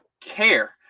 care